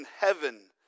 heaven